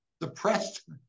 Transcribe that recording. depressed